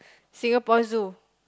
Singapore Zoo